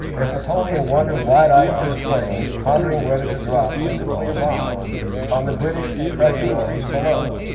as napoleon wandered wide-eyed through the plane, pondering whether to drop a nuclear bomb on the british and prussia and armies below.